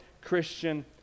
Christian